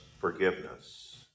forgiveness